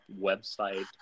website